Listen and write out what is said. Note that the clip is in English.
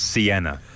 Sienna